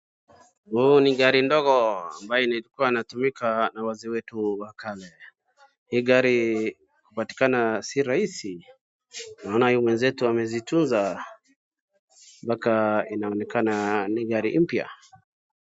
Huu ni gari ndogo ambayo ilikuwa inatumika na wazee wetu wa kafe, hii gari kupatikana si rahisi naona huyu mwenzetu amezitunza mpaka inaonekana ni mpya.